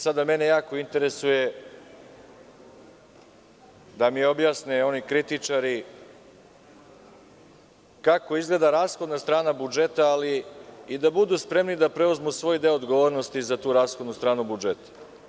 Sada mene jako interesuje, da mi objasne oni kritičari, kako izgleda rashodna strana budžeta, ali i da budu spremni da preuzmu svoj deo odgovornosti za tu rashodu stranu budžeta.